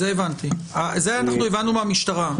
זה אנחנו הבנו מהמשטרה.